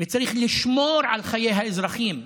וצריך לשמור על חיי האזרחים,